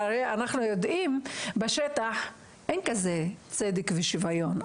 הרי אנחנו יודעים שבשטח אין כזה צדק ושוויון,